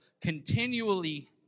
continually